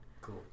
Cool